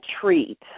treat